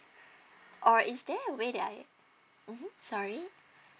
or is there a way that I mmhmm sorry